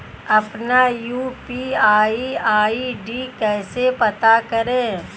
अपना UPI ID कैसे पता करें?